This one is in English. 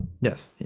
Yes